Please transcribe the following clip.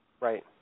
Right